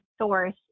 source